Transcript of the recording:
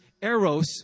eros